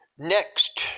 Next